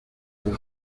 uyu